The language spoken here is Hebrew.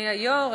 אדוני היושב-ראש,